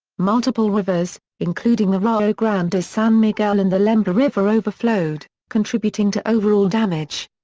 multiple rivers, including the rio grande de san miguel and the lempa river overflowed, contributing to overall damage.